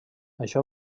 això